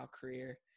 career